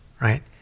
right